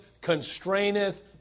constraineth